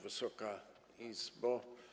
Wysoka Izbo!